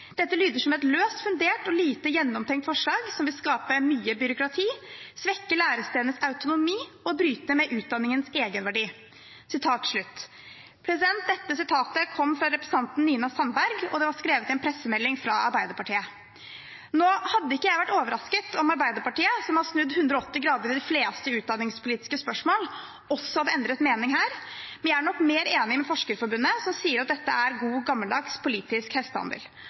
Dette lyder som et løst fundert og lite gjennomtenkt forslag, som vil skape mye byråkrati, svekke lærestedenes autonomi og bryte med utdanningens egenverdi.» Dette sitatet er fra representanten Nina Sandberg, og det var skrevet i en pressemelding fra Arbeiderpartiet. Nå hadde ikke jeg vært overrasket over om Arbeiderpartiet, som har snudd 180 grader i de fleste utdanningspolitiske spørsmål, også hadde endret mening her. Vi er nok mer enig med Forskerforbundet, som sier at dette er god, gammeldags politisk hestehandel.